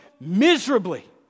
miserably